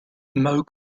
moe